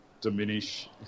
diminish